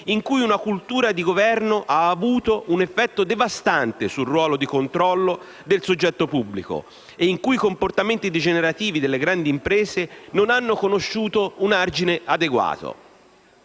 in cui una cultura di governo ha avuto un effetto devastante sul ruolo di controllo del soggetto pubblico e in cui i comportamenti degenerativi delle grandi imprese non hanno conosciuto un argine adeguato.